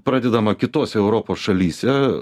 pradedama kitose europos šalyse